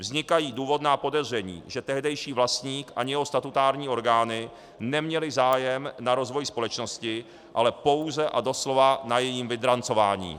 Vznikají důvodná podezření, že tehdejší vlastník ani jeho statutární orgány neměli zájem na rozvoji společnosti, ale pouze a doslova na jejím vydrancování.